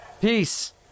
Peace